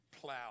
plow